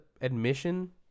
admission